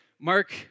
Mark